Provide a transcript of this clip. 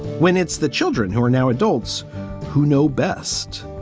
when it's the children who are now adults who know best?